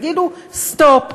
תגידו סטופ,